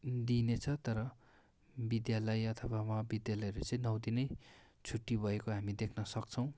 दिइनेछ तर विद्यालय अथवा महाविद्यालयहरू चाहिँ नौ दिनै छुट्टी भएको हामी देख्नसक्छौँ